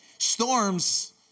storms